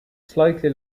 slightly